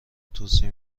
توصیه